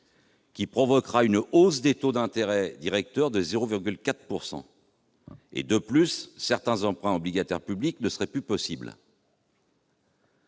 provoquant une hausse des taux d'intérêt directeurs de 0,4 %. De plus, certains emprunts obligataires publics ne seraient plus possibles.